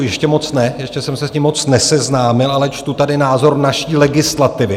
Ještě moc ne, ještě jsem se s tím moc neseznámil, ale čtu tady názor naší legislativy.